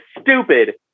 stupid